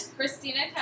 Christina